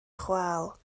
chwâl